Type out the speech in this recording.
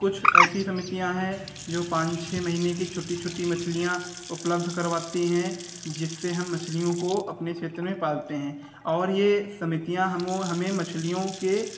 कुछ ऐसी समितियां हैं जो पाँच छह महीने की छोटी छोटी मछलियां उपलब्ध करवाती हैं जिससे हम मछलियों को अपने क्षेत्र में पालते हैं और ये समितियां हमों हमें मछलियों के